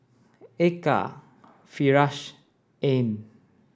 Eka Firash Ain